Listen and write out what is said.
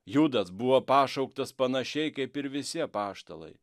judas buvo pašauktas panašiai kaip ir visi apaštalai